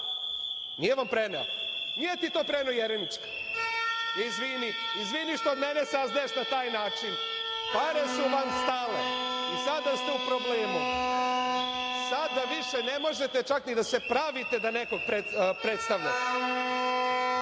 Nije vam preneo? Nije ti to preneo Jeremić? Izvini, što od mene saznaješ taj način. Pare su vam stale i sada ste u problemu. Sada više ne možete čak ni da se pravite da nekog predstavljate.